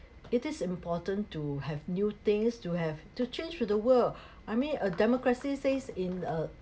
it is important to have new things to have to change for the world I mean a democracy says in uh